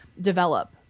develop